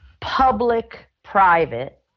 public-private